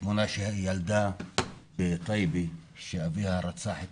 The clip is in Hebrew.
התמונה של הילדה בטייבה שאביה רצח את